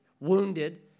wounded